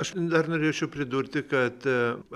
aš dar norėčiau pridurti kad